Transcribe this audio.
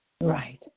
Right